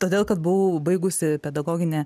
todėl kad buvau baigusi pedagoginę